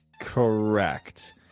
Correct